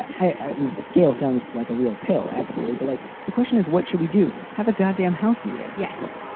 i mean, gail sounds like a real pill. absolutely. but like the question is, what should we do? have a goddamn house meeting? yes.